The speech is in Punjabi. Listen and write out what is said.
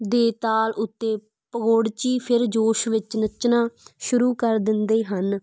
ਦੇ ਤਾਲ ਉੱਤੇ ਭਗੋੜਚੀ ਫਿਰ ਜੋਸ਼ ਵਿੱਚ ਨੱਚਣਾ ਸ਼ੁਰੂ ਕਰ ਦਿੰਦੇ ਹਨ